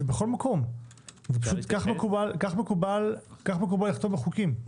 זה בכל מקום, וכך מקובל לכתוב בחוקים.